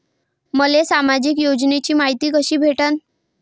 मले सामाजिक योजनेची मायती कशी भेटन?